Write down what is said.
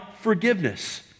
forgiveness